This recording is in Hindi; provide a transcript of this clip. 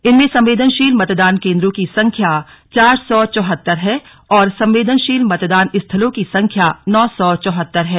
इनमें संवेदनशील मतदान केंदों की संख्या चार सौ चौहत्तर है और संवेदनशील मतदान स्थलों की संख्या नौ सौ चौहत्तर है